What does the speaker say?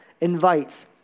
invites